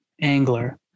angler